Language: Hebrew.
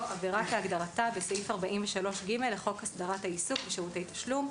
"עבירה כהגדרתה בסעיף 43(ג) לחוק הסדרת העיסוק בשירותי תשלום".